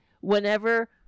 whenever